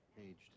aged